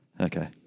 Okay